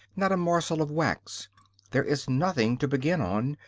not a morsel of wax there is nothing to begin on,